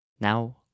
Now